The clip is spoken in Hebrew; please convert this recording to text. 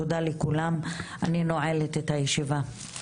תודה לכולם, אני נועלת את הישיבה.